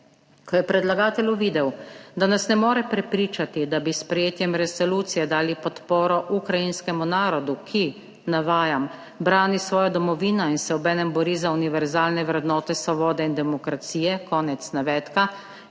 Ko je predlagatelj videl, da nas ne more prepričati, da bi s sprejetjem resolucije dali podporo ukrajinskemu narodu, ki, navajam, »brani svojo domovino in se obenem bori za univerzalne vrednote svobode in demokracije,« konec navedka,